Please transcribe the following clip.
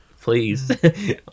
please